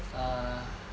ah